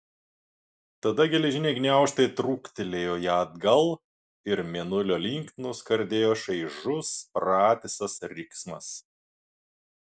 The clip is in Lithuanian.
tada geležiniai gniaužtai trūktelėjo ją atgal ir mėnulio link nuskardėjo šaižus pratisas riksmas